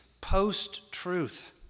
post-truth